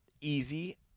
easy